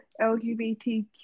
lgbtq